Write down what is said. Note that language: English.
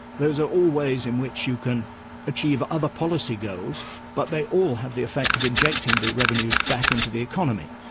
those are all ways in which you can achieve other policy goals but they all have the effect of injecting the revenues back into the economy,